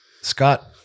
Scott